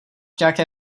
nějaké